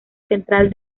central